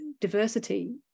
diversity